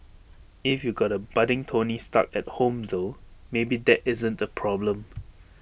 if you got A budding tony stark at home though maybe that isn't A problem